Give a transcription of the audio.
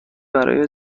برای